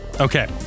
Okay